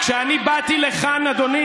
אדוני